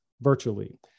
virtually